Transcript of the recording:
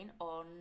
on